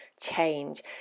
change